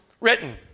written